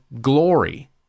glory